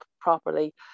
properly